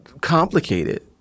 complicated